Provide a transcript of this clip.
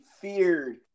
feared